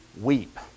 weep